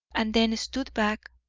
and then stood back,